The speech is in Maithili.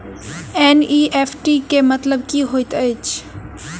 एन.ई.एफ.टी केँ मतलब की होइत अछि?